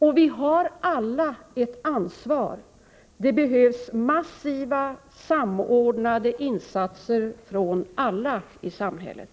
Och vi har alla ett ansvar. Det behövs massiva, samordnade insatser från alla i samhället.